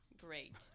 great